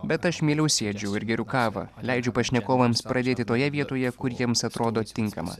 bet aš mieliau sėdžiu ir geriu kavą leidžiu pašnekovams pradėti toje vietoje kur jiems atrodo tinkama